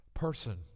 person